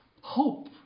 hope